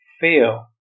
fail